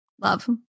Love